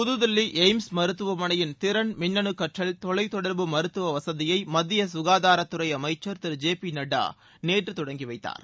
புதுதில்லி AIIMS மருத்துவமனையின் திறன் மின்னனு கற்றல் தொலைத்தொடர்பு மருத்துவ வசதியை மத்திய சுகாதாரத்துறை அமைச்சரி திரு ஜே பி நட்டா நேற்று தொடங்கி வைத்தார்